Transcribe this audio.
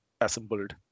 assembled